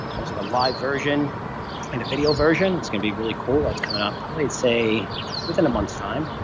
almost like a live version and a video version. it's going to be really cool. that's coming up, probably i'd say within a month's time.